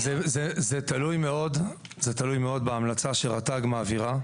זה תלוי מאוד בהמלצה שרט"ג מעבירה.